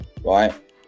right